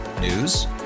News